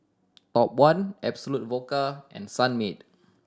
Top One Absolut Vodka and Sunmaid